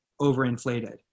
overinflated